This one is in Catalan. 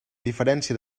diferència